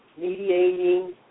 mediating